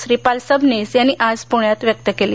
श्रीपाल सबनीस यांनी आज पुण्यात व्यक्त केलं